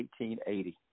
1880